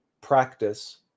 practice